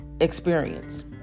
experience